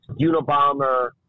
Unabomber